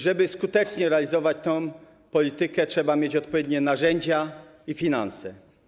Żeby skutecznie realizować tę politykę, trzeba mieć odpowiednie narzędzia i finanse.